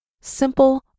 simple